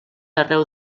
arreu